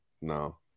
No